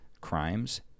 crimes